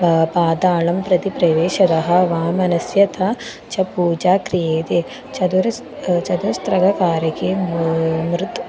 पातालं प्रति प्रवेशतः वामनस्य च च पूजा क्रियते चतुरस्य चचस्रः कारिका मृत्